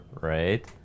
right